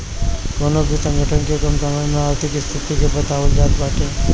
कवनो भी संगठन के कम समय में आर्थिक स्थिति के बतावल जात बाटे